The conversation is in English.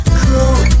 cool